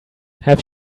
have